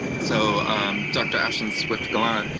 so um dr. ashlyn swift-gallant,